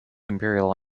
imperial